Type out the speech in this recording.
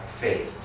faith